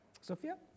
Sophia